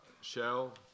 Shell